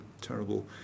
terrible